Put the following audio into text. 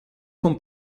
von